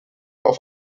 auf